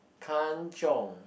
Kan-Chiong